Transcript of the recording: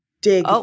dig